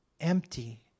empty